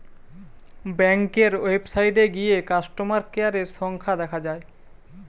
ব্যাংকের ওয়েবসাইটে গিয়ে কাস্টমার কেয়ারের সংখ্যা দেখা যায়